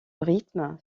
rythme